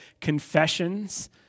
Confessions